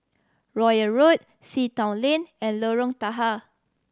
Royal Road Sea Town Lane and Lorong Tahar